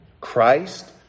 Christ